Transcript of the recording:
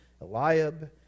Eliab